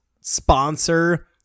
sponsor